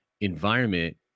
environment